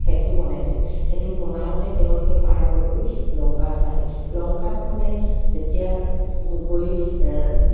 সেতু বনাই দিলে সেতু বনাওঁতে তেওঁলোকে পাৰ হৈ গৈ লংকাৰ পালে লংকাত মানে তেতিয়া গৈ